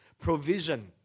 provision